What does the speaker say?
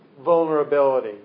vulnerability